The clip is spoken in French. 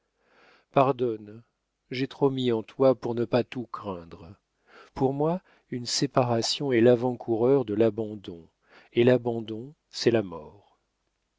pardonne j'ai trop mis en toi pour ne pas tout craindre pour moi une séparation est lavant coureur de l'abandon et l'abandon c'est la mort